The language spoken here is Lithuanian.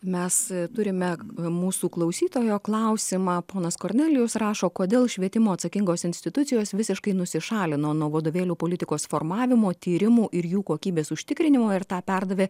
mes turime mūsų klausytojo klausimą ponas kornelijus rašo kodėl švietimo atsakingos institucijos visiškai nusišalino nuo vadovėlių politikos formavimo tyrimų ir jų kokybės užtikrinimo ir tą perdavė